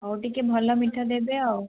ହଉ ଟିକିଏ ଭଲ ମିଠା ଦେବେ ଆଉ